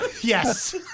Yes